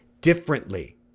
differently